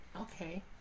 Okay